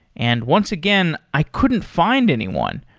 and once again, i couldn't find anyone.